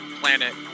planet